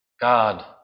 God